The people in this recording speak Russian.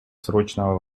срочного